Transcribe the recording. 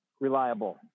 reliable